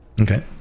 Okay